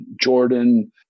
Jordan